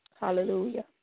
Hallelujah